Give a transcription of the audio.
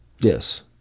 yes